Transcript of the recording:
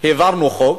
העברנו חוק,